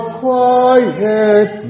quiet